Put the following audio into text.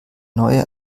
neue